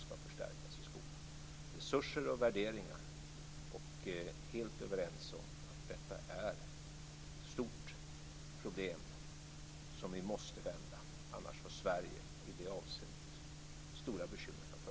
Det handlar om resurser och värderingar, och vi är helt överens om att detta är ett stort problem som vi måste vända. Annars har Sverige i det här avseendet stora bekymmer framför sig.